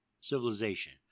civilization